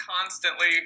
constantly